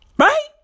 right